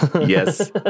Yes